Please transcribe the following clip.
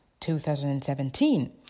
2017